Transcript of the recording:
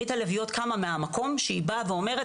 ברית הלביאות קמה מהמקום שהיא באה ואומרת